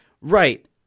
Right